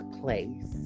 place